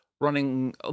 running